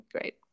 great